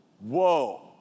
whoa